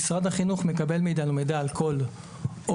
משרד החינוך מקבל מאתנו מידע על כל עובד,